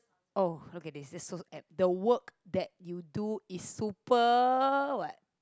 oh look at this this so apt the work that you do is super what